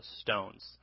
stones